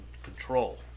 control